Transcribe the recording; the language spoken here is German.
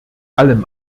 allem